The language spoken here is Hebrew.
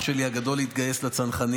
אח שלי הגדול התגייס לצנחנים,